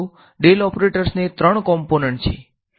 del operators ને ત્રણ component છે